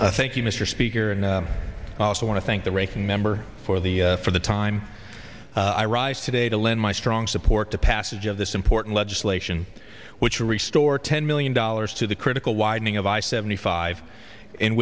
you mr speaker and i also want to thank the ranking member for the for the time i rise today to lend my strong support to passage of this important legislation which will restore ten million dollars to the critical widening of i seventy five in